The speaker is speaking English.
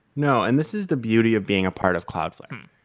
no, and this is the beauty of being a part of cloudflare.